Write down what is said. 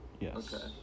yes